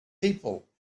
people